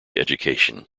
education